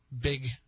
big